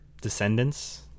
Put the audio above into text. descendants